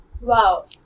Wow